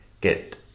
get